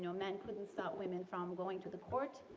you know men couldn't stop women from going to the court,